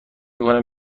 کنم